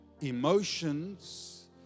emotions